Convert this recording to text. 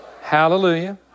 Hallelujah